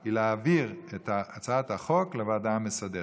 היא להעביר את הצעת החוק לוועדה המסדרת.